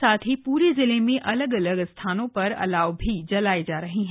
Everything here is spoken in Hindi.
साथ ही पूरे जिले में अलग अलग स्थानों पर अलाव भी जलाए जा रहे हैं